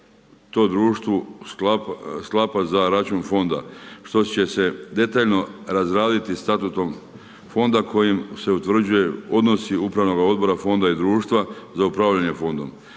to društvo sklapa za račun fonda što će se detaljno razraditi statutom fonda kojim se utvrđuje odnosi upravnoga odbora fonda i društva za upravljanje fondom.